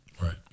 Right